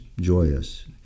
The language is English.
joyous